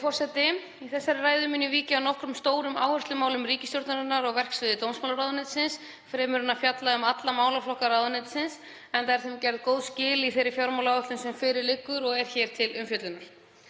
Virðulegur forseti. Í þessari ræðu minni vík ég að nokkrum stórum áherslumálum ríkisstjórnarinnar á verksviði dómsmálaráðuneytisins fremur en að fjalla um alla málaflokka ráðuneytisins enda eru þeim gerð góð skil í þeirri fjármálaáætlun sem fyrir liggur og er hér til umfjöllunar.